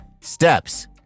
steps